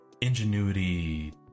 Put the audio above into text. ingenuity